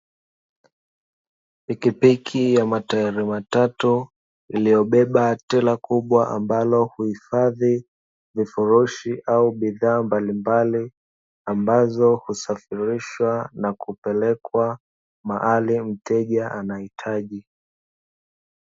Pikipiki ya matairi matatu iliyobeba tela kubwa, ambalo huifadhi vifurushi au bidhaa mbalimbali ambazo husafirishwa na kupelekwa mahali mteja anahitaji.